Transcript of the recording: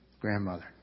Grandmother